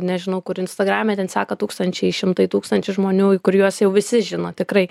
nežinau kur instagrame ten seka tūkstančiai šimtai tūkstančių žmonių kur juos jau visi žino tikrai